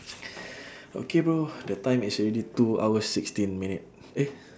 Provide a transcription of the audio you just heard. okay bro the time is already two hours sixteen minute eh